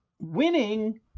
winning